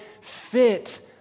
fit